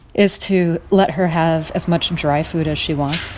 is to let her have as much dry food as she wants.